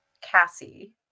Cassie